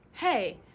Hey